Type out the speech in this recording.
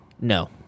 No